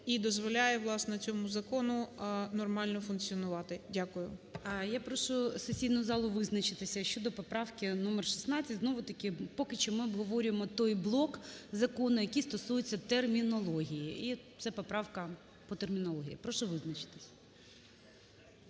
і дозволяє, власне, цьому закону нормально функціонувати. Дякую. ГОЛОВУЮЧИЙ. Я прошу сесійну залу визначитися щодо поправки номер 16. Знову-таки, поки що ми обговорюємо той блок закону, який стосується термінології, і це поправка по термінології. Прошу визначитися.